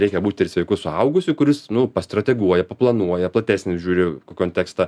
reikia būti ir sveiku suaugusiu kuris nu pastrateguoja paplanuoja platesnį žiūri kontekstą